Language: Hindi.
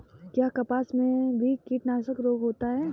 क्या कपास में भी कीटनाशक रोग होता है?